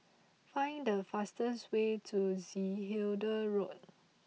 find the fastest way to Zehnder Road